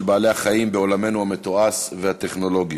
בעלי-החיים בעולמנו המתועש והטכנולוגי.